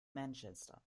manchester